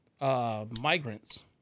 Migrants